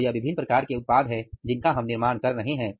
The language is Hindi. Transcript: तो यह विभिन्न प्रकार के उत्पाद हैं जिनका हम निर्माण कर रहे हैं